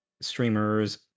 Streamers